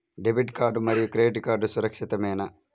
Debit card మరియు credit card సురక్షితమేనా?